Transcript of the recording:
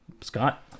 Scott